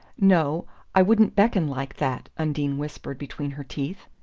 no i wouldn't beckon like that, undine whispered between her teeth.